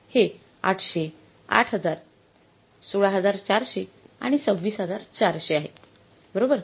हे 800 8000 16400 आणि 26400 आहे बरोबर